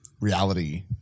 reality